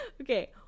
okay